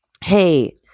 hey